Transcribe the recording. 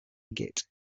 git